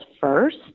first